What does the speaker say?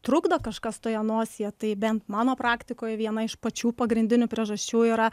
trukdo kažkas toje nosyje tai bent mano praktikoj viena iš pačių pagrindinių priežasčių yra